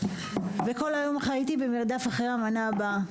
וכל היום חייתי במרדף אחרי המנה הבאה.